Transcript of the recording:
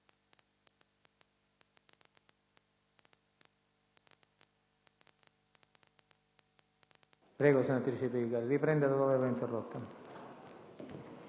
Grazie,